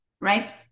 right